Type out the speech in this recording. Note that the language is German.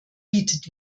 bietet